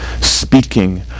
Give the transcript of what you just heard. speaking